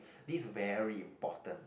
this very important